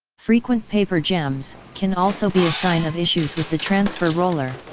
frequent paper jams can also be a sign of issues with the transfer roller.